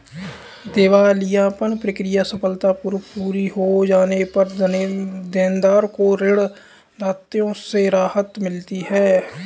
दिवालियापन प्रक्रिया सफलतापूर्वक पूरी हो जाने पर देनदार को ऋण दायित्वों से राहत मिलती है